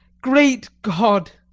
great god!